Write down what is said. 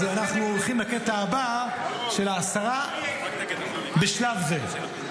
אז אנחנו הולכים לקטע הבא של ההסרה בשלב זה.